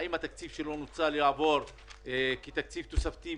האם התקציב שלא נוצל יעבור כתקציב תוספתי,